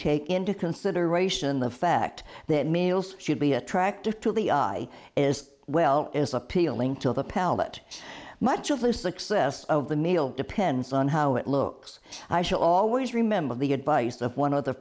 take into consideration the fact that meals should be attractive to the eye is well as appealing to the palette much of the success of the meal depends on how it looks i shall always remember the advice of one of the